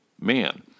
man